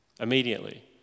Immediately